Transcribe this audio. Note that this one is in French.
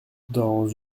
dans